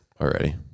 already